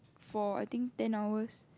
for I think ten hours